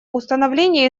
установление